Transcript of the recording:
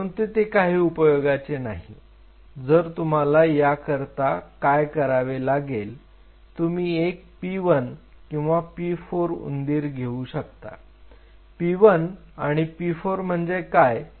परंतु ते काही उपयोगाचे नाही तर तुम्हाला याकरिता काय करावे लागेल तुम्ही एक p1 किंवा p4 उंदीर घेऊ शकता p1आणि p4 म्हणजे काय